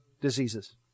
diseases